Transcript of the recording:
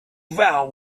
vow